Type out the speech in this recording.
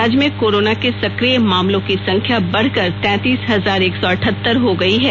राज्य में कोरोना के सक्रिय मामलों की संख्या बढ़कर तैंतीस हजार एक सौ अठहत्तर हो गई है